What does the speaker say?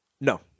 No